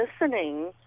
listening